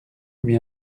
lui